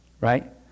right